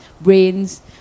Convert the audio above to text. brains